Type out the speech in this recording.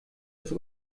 das